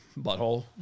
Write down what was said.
butthole